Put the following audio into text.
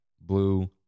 blue